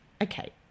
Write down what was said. okay